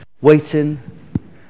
waiting